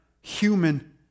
human